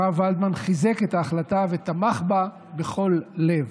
הרב ולדמן חיזק את ההחלטה ותמך בה בכל לב.